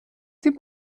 dem